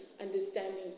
understanding